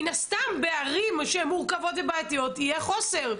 מן הסתם בערים שהן מורכבות ובעייתיות יהיה חוסר.